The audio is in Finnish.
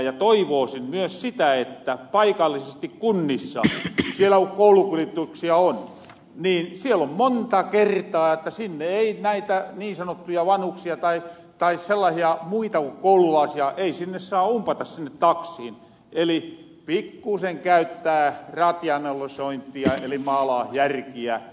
ja toivoosin myös sitä että paikallisesti kunnissa siellä kun koulukuljetuksia on niin siellä on monta kertaa niin että sinne taksiin ei näitä niin sanottuja vanhuksia tai sellaasia muita oululaisia ei sinisalon batesin taksiin veli ville kuin koululaisia saa umpata pikkuusen käytettääsiin rationalisointia eli maalaasjärkiä